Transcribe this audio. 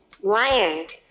wired